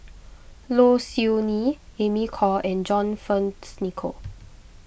Low Siew Nghee Amy Khor and John Fearns Nicoll